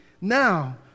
Now